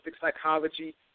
psychology